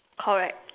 correct